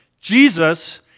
Jesus